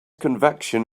convection